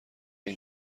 این